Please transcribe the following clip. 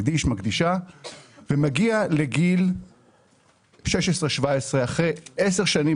מקדיש/מקדישה ומגיע לגיל 16 17 אחרי עשר שנים